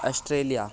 Australia